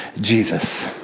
Jesus